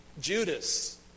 Judas